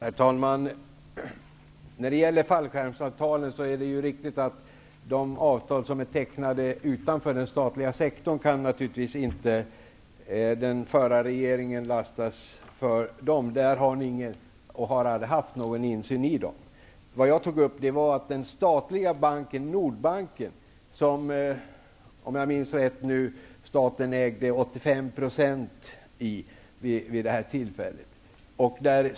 Herr talman! När det gäller fallskärmsavtalen är det riktigt att den förra regeringen naturligtvis inte kan lastas för de avtal som är tecknade utanför den statliga sektorn. Där har den aldrig haft någon insyn. Jag nämnde att staten ägde 85 % i den statliga banken, Nordbanken, vid detta tillfälle, om jag minns rätt.